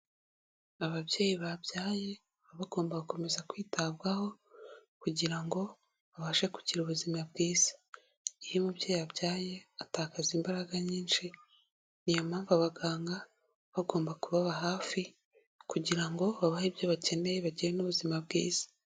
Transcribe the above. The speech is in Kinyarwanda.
Ababyeyi babyaye baba bagomba gukomeza kwitabwaho, kugira ngo babashe kugira ubuzima bwiza, iyo umubyeyi abyaye atakaza imbaraga nyinshi, ni yo mpamvu abaganga bagomba kubaba hafi kugira ngo babahe ibyo bakeneye bagire n'ubuzima bwiza.